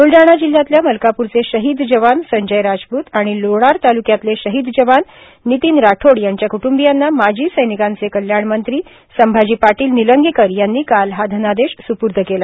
ब्लडाणा जिल्ह्यातल्या मलकापूरचे शहीद जवान संजय राजपूत आणि लोणार तालुक्यातले शहीद जवान नितीन राठोड यांच्या कुटुंबीयांना माजी सैनिक कल्याण मंत्री संभाजी पाटील निलंगेकर यांनी काल हा धनादेश स्पूर्द केला